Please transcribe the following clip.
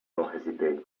hesitate